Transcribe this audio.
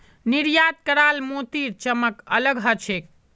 निर्यात कराल मोतीर चमक अलग ह छेक